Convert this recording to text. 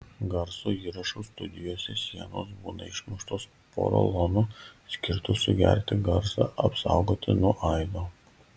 garso įrašų studijose sienos būna išmuštos porolonu skirtu sugerti garsą apsaugoti nuo aido